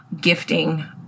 gifting